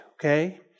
okay